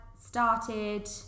started